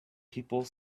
people